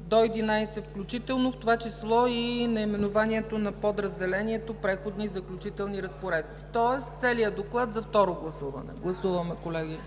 до 11 включително, в това число и наименованието на подразделението „Преходни и заключителни разпоредби“, тоест целия доклад за второ гласуване. Гласували